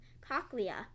cochlea